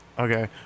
Okay